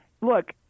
look